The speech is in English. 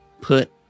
put